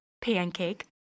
Pancake